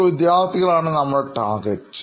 school വിദ്യാർഥികളാണ് നമ്മുടെ target